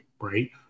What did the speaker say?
right